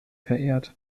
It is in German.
verehrt